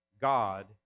God